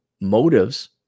motives